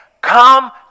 come